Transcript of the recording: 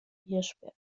hirschberg